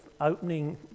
opening